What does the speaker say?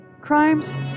crimes